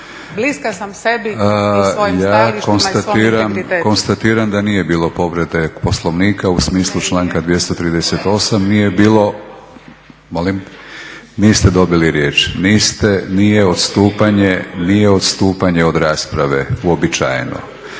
moram vas iskopčati, prekršili ste vrijeme. Ja konstatiram da nije bilo povrede Poslovnika u smislu članka 238., nije bilo… Molim? Niste dobili riječ. Niste, nije odstupanje od rasprave uobičajeno.